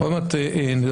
עוד מעט נדבר,